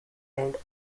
end